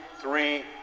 three